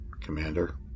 Commander